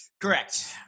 correct